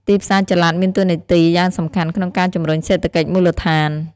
ទីផ្សារចល័តមានតួនាទីយ៉ាងសំខាន់ក្នុងការជំរុញសេដ្ឋកិច្ចមូលដ្ឋាន។